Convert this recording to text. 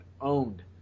owned